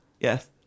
Yes